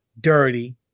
dirty